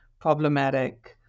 problematic